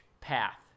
path